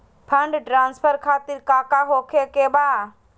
Fund transfer खातिर काका होखे का बा?